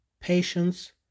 patience